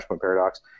Paradox